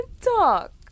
Talk